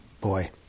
boy